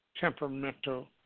temperamental